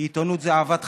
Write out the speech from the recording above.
כי עיתונות זו אהבת חיי,